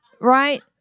Right